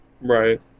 Right